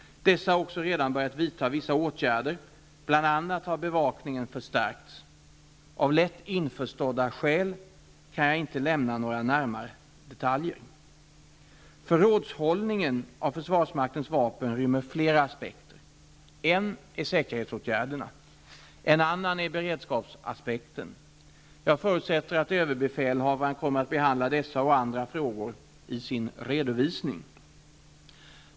Dessa har också redan börjat att vidta vissa åtgärder, bl.a. har bevakningen förstärkts. Av lätt införstådda skäl kan jag inte lämna några närmare detaljer. Förrådshållningen av försvarsmaktens vapen rymmer flera aspekter. En är säkerhetsåtgärderna. En annan är beredskapsaspekten. Jag förutsätter att överbefälhavaren kommer att behandla dessa och andra frågor i sin redovisning.